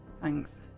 Thanks